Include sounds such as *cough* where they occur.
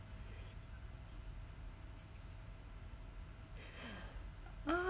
*breath*